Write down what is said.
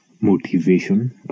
motivation